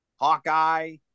Hawkeye